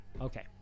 Okay